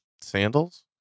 Sandals